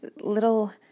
little